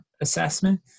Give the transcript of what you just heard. assessment